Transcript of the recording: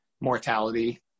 mortality